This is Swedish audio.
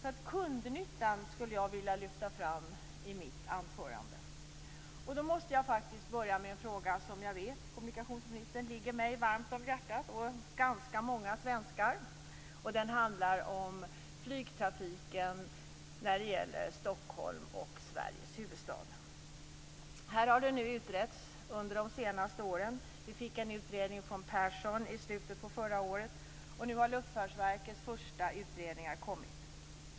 Jag skulle vilja lyfta fram kundnyttan i mitt anförande. Jag måste börja med en fråga som kommunikationsministern vet ligger mig och ganska många svenskar varmt om hjärtat. Den handlar om flygtrafiken och Stockholm - Sveriges huvudstad. Frågan har utretts under de senaste åren. Vi fick en utredning från Persson i slutet av förra året, och nu har Luftfartsverkets första utredningar kommit.